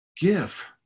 give